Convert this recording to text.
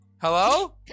Hello